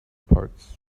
parts